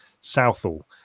Southall